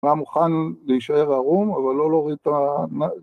‫מה מוכן להישאר ערום, ‫אבל לא להוריד את ה...